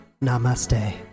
Namaste